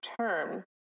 term